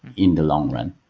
in the long run.